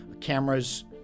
cameras